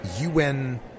UN